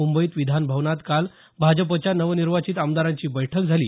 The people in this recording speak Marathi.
मुंबईत विधानभवनात काल भाजपच्या नवनिर्वाचित आमदारांची बैठक झाली